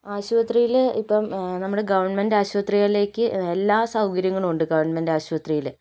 ആശുപത്രിയില് ഇപ്പം നമ്മുടെ ഗവണ്മെന്റ് ആശുപത്രിയിലേക്ക് എല്ലാ സൗകര്യങ്ങളും ഉണ്ട് ഗവണ്മെന്റ് ആശുപത്രിയില്